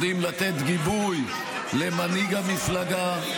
יודעים לתת גיבוי למנהיג המפלגה,